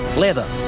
leather,